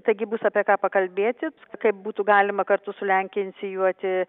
taigi bus apie ką pakalbėti kaip būtų galima kartu su lenkija inicijuoti